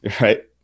right